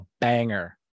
banger